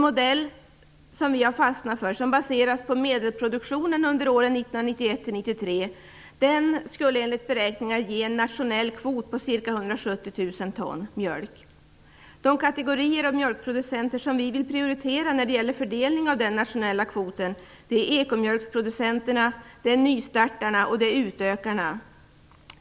Vi har fastnat för en modell som baseras på medelproduktionen under åren 1991-1993 och som enligt beräkningar skulle ge en nationell kvot om ca 170 000 ton mjölk. De katerier av mjölkproducenter som vi vill prioritera när det gäller fördelning av den nationella kvoten är ekomjölksproducenter, nystartare och utökare.